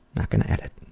not going to edit.